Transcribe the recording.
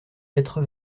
quatre